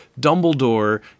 Dumbledore